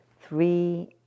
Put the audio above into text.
three